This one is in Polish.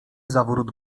zawrót